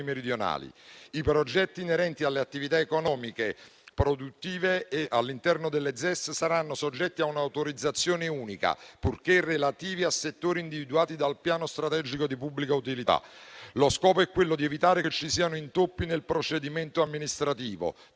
meridionali. I progetti inerenti alle attività economiche, produttive e all'interno delle ZES saranno soggetti a un'autorizzazione unica, purché relativi a settori individuati dal piano strategico di pubblica utilità. Lo scopo è quello di evitare che ci siano intoppi nel procedimento amministrativo.